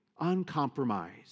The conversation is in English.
uncompromised